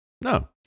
No